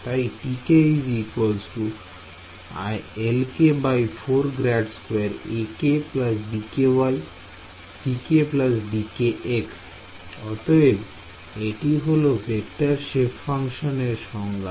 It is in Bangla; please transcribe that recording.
তাই অতএব এটি হলো ভেক্টর সেপ ফাংশন এর সংজ্ঞা